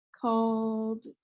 called